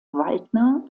waldner